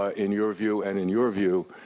ah in your view, and in your view,